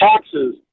taxes